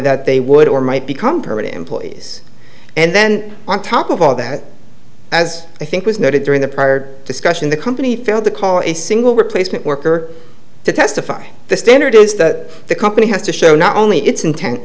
that they would or might become permanent employees and then on top of all that as i think was noted during the prior discussion the company failed to call a single replacement worker to testify the standard is that the company has to show not only its intent